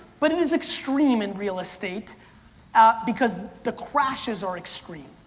but it is extreme in real estate ah because the crashes are extreme.